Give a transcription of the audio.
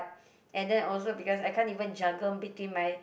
and then also because I can't even juggle between my